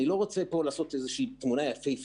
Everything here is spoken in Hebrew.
אני לא רוצה להראות פה איזו שהיא תמונה יפהפייה,